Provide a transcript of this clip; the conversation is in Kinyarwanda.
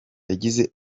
yagize